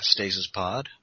stasispod